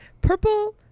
purple